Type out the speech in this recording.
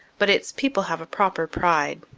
but its people have a proper pride,